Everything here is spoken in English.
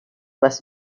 was